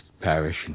parish